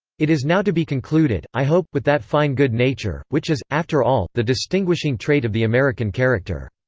it is now to be concluded, i hope, with that fine good nature, which is, after all, the distinguishing trait of the american character.